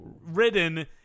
written